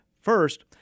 First